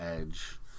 Edge